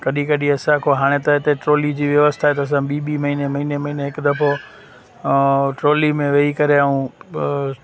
कॾहिं कॾहिं असां को हाणे त हिते ट्रोली जी व्यवस्था आहे त असां ॿी ॿी महिने महिने महिने हिक दफ़ो ट्रोली में वेही करे ऐं